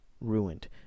ruined